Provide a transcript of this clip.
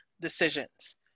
decisions